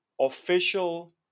official